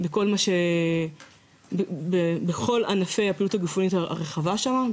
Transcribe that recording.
בכל ענפי הפעילות הגופנית הרחבה שלנו,